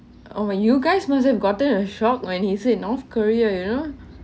oh when you guys must have gotten a shock when he say north korea you know